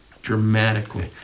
dramatically